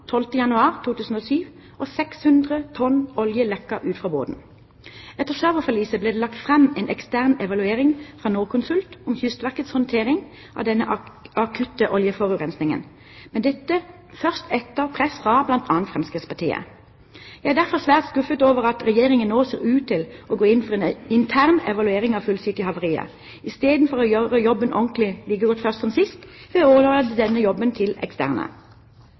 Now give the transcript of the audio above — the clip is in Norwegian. januar 2007 utenfor Fedje i Nordhordland, og 600 tonn olje lekket ut fra båten. Etter «Server»-forliset ble det lagt fram en ekstern evaluering fra Norconsult om Kystverkets håndtering av den akutte oljeforurensningen, men dette først etter press fra bl.a. Fremskrittspartiet. Jeg er derfor svært skuffet over at Regjeringen nå ser ut til å gå inn for en intern evaluering av «Full City»-havariet, istedenfor å gjøre jobben ordentlig like godt først som sist, ved å overlate denne jobben til eksterne.